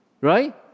Right